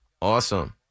Awesome